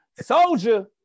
Soldier